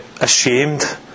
ashamed